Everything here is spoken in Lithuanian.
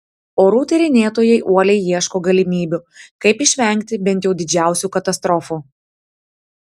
orų tyrinėtojai uoliai ieško galimybių kaip išvengti bent jau didžiausių katastrofų